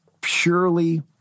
purely